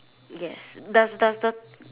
yes does does the